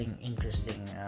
Interesting